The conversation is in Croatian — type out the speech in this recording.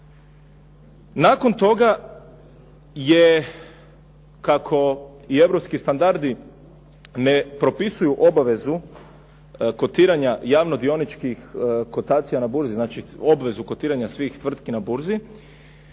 Nakon toga je kako i europski standardi ne propisuju obavezu kotiranja javno dioničkih kotacija na burzi, znači obvezu kotiranja svih tvrtki na burzi